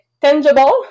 tangible